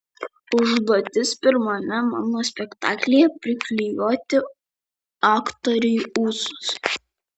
užduotis pirmame mano spektaklyje priklijuoti aktoriui ūsus